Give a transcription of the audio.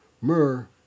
Myrrh